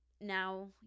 now